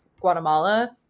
Guatemala